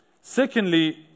Secondly